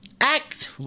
act